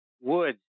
Woods